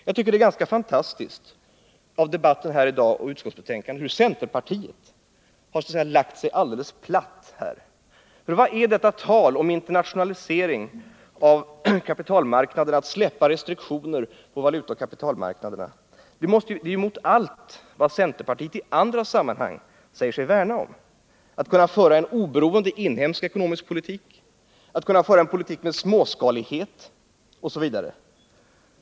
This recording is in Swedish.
Jag tycker det är ganska fantastiskt, som framgått både av debatten i dag och av utskottsbetänkandet, hur centerpartiet har lagt sig alldeles platt här. Vad är detta tal om internationalisering av kapitalmarknaderna och om att släppa restriktioner på valutaoch kapitalmarknaderna? Det går ju emot allt vad centerpartiet i andra sammanhang säger sig värna om: möjligheterna att föra en oberoende inhemsk ekonomisk politik, att föra en politik med småskalighet, osv.